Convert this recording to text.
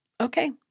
Okay